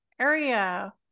area